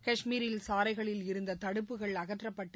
காஷ்மீரில் சாலைகளில் இருந்த தடுப்புகள் அகற்றப்பட்டு